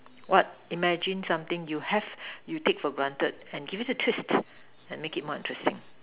what imagine something you have you take for granted and give it a twist and make it more interesting